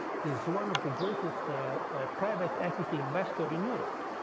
he is one of the greatest private equity investors in europe.